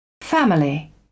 Family